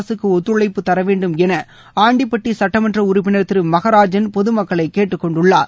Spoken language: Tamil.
அரசுக்கு ஒத்துழைப்புத் தர வேண்டும் என ஆண்டிப்பட்டி சுட்டமன்ற உறுப்பினர் திரு மகராஜன் பொதுமக்களை கேட்டுக் கொண்டுள்ளார்